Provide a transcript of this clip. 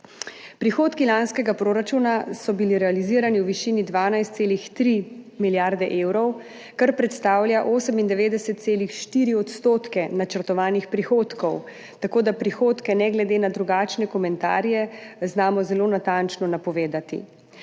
Prihodki lanskega proračuna so bili realizirani v višini 12,3 milijarde evrov, kar predstavlja 98,4 % načrtovanih prihodkov, tako da prihodke ne glede na drugačne komentarje znamo zelo natančno napovedati.